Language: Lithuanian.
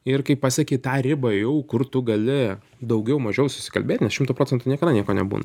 ir kai pasiekei tą ribą jau kur tu gali daugiau mažiau susikalbėt nes šimtu procentu niekada nieko nebūna